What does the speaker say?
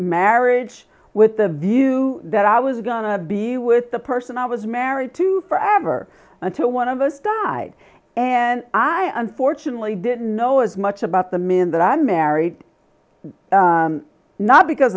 marriage with the view that i was gonna be with the person i was married to for avar until one of us died and i unfortunately didn't know as much about the men that i married not because